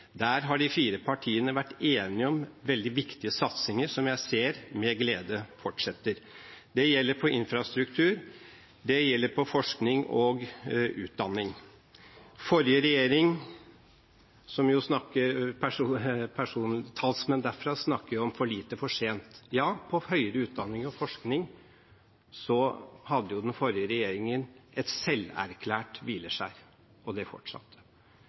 Der har de fire partiene vært enige om veldig viktige satsinger som jeg med glede ser fortsetter. Det gjelder på infrastruktur, det gjelder på forskning og utdanning. Talsmenn for forrige regjering snakker om for lite for sent. Ja, på høyere utdanning og forskning hadde den forrige regjeringen et selverklært hvileskjær, og det fortsatte.